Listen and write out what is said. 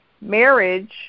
marriage